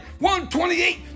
128